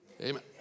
Amen